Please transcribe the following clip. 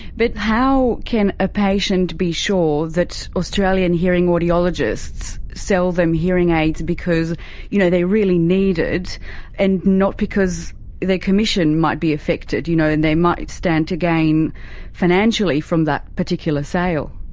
but how can a patient be sure that australian hearing audiologists sell them hearing aids because you know they really need it and not because their commission might be affected you know and they might stand to gain financially from that particular sale?